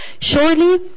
surely